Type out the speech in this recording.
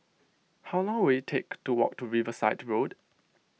how long will it take to walk to Riverside Road